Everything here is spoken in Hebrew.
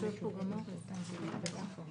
יש את עלות השינוע,